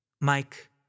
Mike